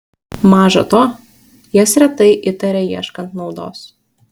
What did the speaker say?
maža to jas retai įtaria ieškant naudos